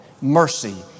mercy